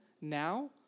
now